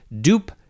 Dupe